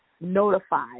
notified